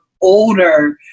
older